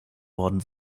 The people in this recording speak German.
worden